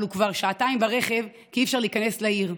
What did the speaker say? אבל הוא כבר שעתיים ברכב כי אי-אפשר להיכנס לעיר,